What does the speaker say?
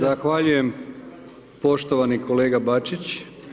Zahvaljujem poštovani kolega Bačić.